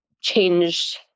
changed